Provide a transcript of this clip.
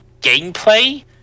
gameplay